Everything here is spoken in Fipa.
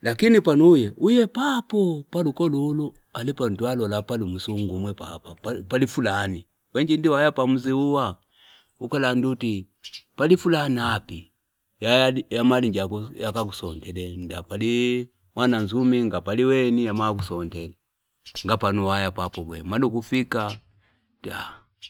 lakini pano uye papa paluka lulu alipano twalola pali msungu umwi papa pali fulani wenji ngwiwaya panzi uwa kati pali fulani api yaya yamalinji yokakoontele ngapali mwanzumi ngamaliweni yamakusontela ngapano waya papokwene mee kufika uti a